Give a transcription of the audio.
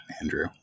Andrew